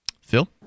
Phil